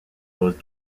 closed